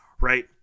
right